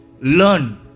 learn